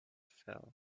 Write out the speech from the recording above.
fell